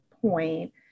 point